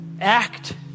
act